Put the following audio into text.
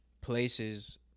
places